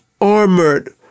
Armored